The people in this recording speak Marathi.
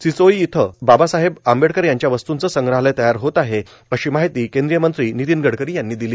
चिचोळी इथं बाबासाहेब आंबेडकर यांच्या वस्तूंचं संग्रहालय तयार होत आहे अशी माहिती केंद्रीय मंत्री नितीन गडकरी यांनी दिली